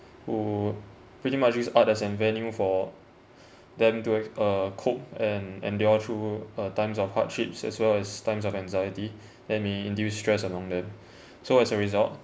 who pretty much use art as the venue for them to actu~ uh cope and endure through uh times of hardships as well as times of anxiety that may induce stress among them so as a result